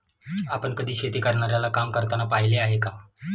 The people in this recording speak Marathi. आपण कधी शेती करणाऱ्याला काम करताना पाहिले आहे का?